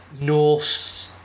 Norse